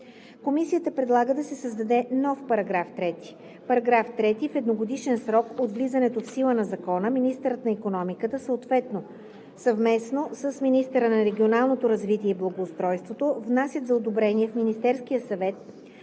Комисията предлага да се създаде нов § 3: „§ 3. В едногодишен срок от влизането в сила на закона, министърът на икономиката съвместно с министъра на регионалното развитие и благоустройството внасят за одобрение в Министерския съвет